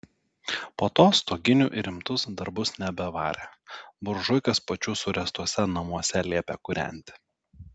po to stoginių į rimtus darbus nebevarė buržuikas pačių suręstuose namuose liepė kūrenti